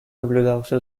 наблюдался